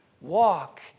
Walk